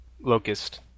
Locust